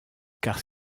car